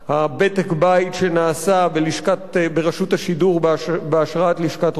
בדק הבית שנעשה ברשות השידור בהשראת לשכת ראש הממשלה.